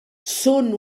són